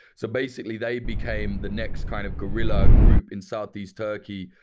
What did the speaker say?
so basically, they became the next kind of guerilla group in southeast turkey,